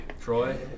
Troy